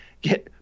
Get